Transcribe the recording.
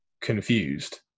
confused